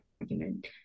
argument